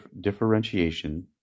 differentiation